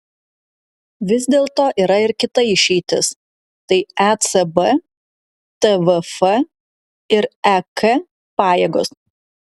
vis dėlto yra ir kita išeitis tai ecb tvf ir ek pajėgos